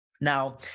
Now